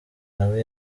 nawe